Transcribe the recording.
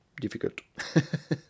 difficult